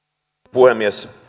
puhemies